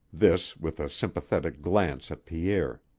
this, with a sympathetic glance at pierre.